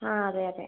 ആ അതെ അതെ